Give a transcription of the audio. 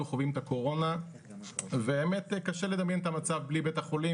חווים את הקורונה והאמת קשה לדמיין את המצב בלי בית החולים